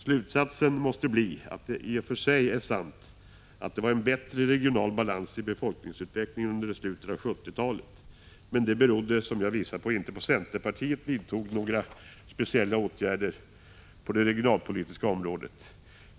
Slutsatsen måste bli att det i och för sig är sant att det var en bättre regional balans i befolkningsutvecklingen under slutet av 1970-talet, men att det, som jag visat, inte berodde på att centerpartiet vidtog några speciella åtgärder på det regionalpolitiska området.